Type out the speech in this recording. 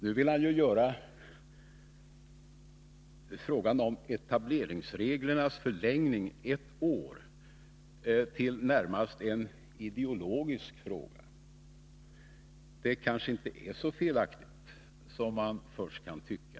Nu vill han närmast göra frågan om förlängningen beträffande etableringsreglerna med ett år till en ideologisk fråga. Det är kanske inte så felaktigt som man först kan tycka.